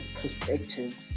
perspective